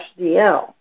DL